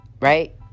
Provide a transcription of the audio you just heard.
right